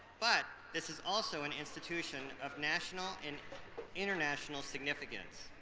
but this is also an institution of national and international significance.